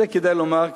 את זה כדאי לומר,